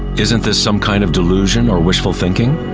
isn't this some kind of delusion or wishful thinking?